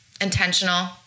intentional